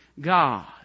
God